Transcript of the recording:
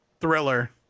Thriller